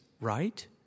right